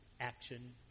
action